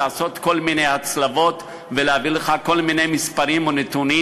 לעשות כל מיני הצלבות ולהביא לך כל מיני מספרים או נתונים,